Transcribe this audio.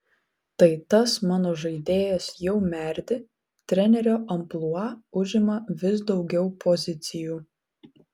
tai tas mano žaidėjas jau merdi trenerio amplua užima vis daugiau pozicijų